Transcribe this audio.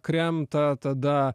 kremta tada